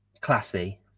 classy